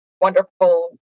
wonderful